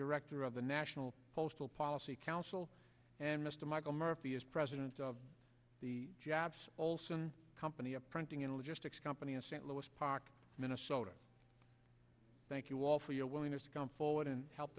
director of the national postal policy council and mr michael murphy is president of the japs olson company a printing and logistics company in st louis park minnesota thank you all for your willingness to come forward and help